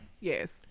Yes